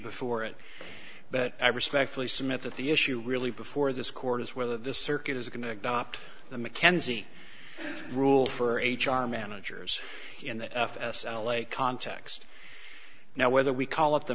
before it but i respectfully submit that the issue really before this court is whether the circuit is going to adopt the mckenzie rule for h r managers in the f s l a context now whether we call it the